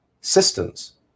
systems